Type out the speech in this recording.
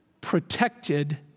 protected